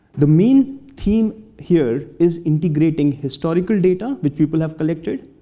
the main theme here is integrating historical data which people have collected,